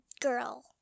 girl